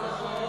להפעיל